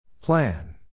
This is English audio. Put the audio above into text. Plan